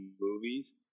movies